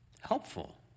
helpful